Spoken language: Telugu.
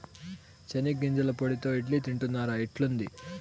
చెనిగ్గింజల పొడితో ఇడ్లీ తింటున్నారా, ఎట్లుంది